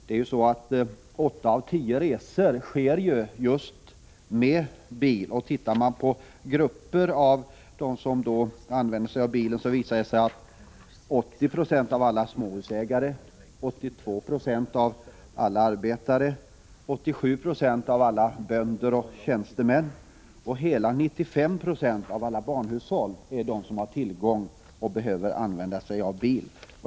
Det är ju så att åtta av tio resor sker just med bil, och tittar man på de grupper som använder sig av bilen visar det sig att 80 90 av alla småhusägare, 82 0 av alla arbetare, 87 90 av alla bönder och tjänstemän och hela 95 96 av barnfamiljerna hör till dem som har tillgång till och behöver använda bil.